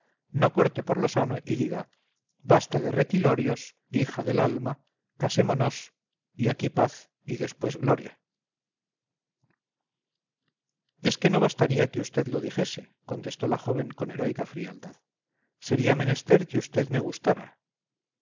no corte por lo sano y diga basta de requilorios hija del alma casémonos y aquí paz y después gloria es que no bastaría que usted lo dijese contestó la joven con heroica frialdad sería menester que usted me gustara